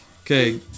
Okay